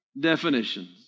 definitions